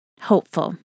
hopeful